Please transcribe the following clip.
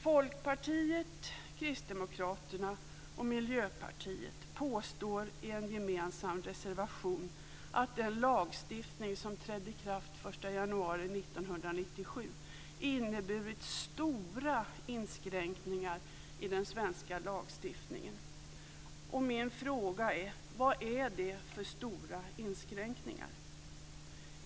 Folkpartiet, Kristdemokraterna och Miljöpartiet påstår i en gemensam reservation att den lagstiftning som trädde i kraft den 1 januari 1997 inneburit stora inskränkningar i den svenska lagstiftningen. Min fråga är: Vad är det för stora inskränkningar?